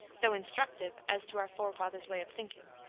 though instructive as to our forefathers' way of thinking.